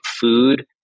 food